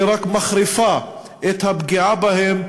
היא רק מחריפה את הפגיעה בהן,